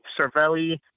Cervelli